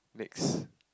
next